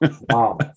Wow